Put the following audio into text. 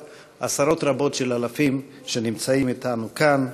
ועוד עשרות רבות של אלפים שנמצאים אתנו כאן,